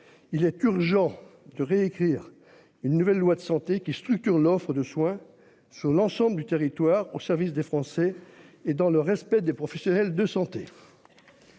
Il est urgent de réécrire une nouvelle loi de santé qui structure l'offre de soins sur l'ensemble du territoire au service des Français. Et dans le respect des professionnels de santé.